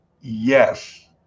Yes